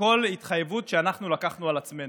בכל התחייבות שאנחנו לקחנו על עצמנו.